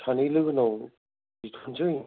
सानै लोगोनाव बिखानोसै